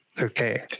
okay